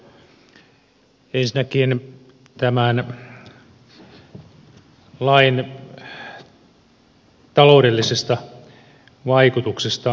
ensinnäkin tämän lain taloudellisista vaikutuksista